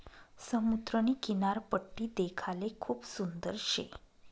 समुद्रनी किनारपट्टी देखाले खूप सुंदर शे